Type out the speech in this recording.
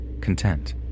content